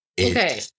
Okay